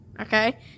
okay